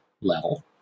level